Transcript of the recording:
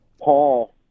Paul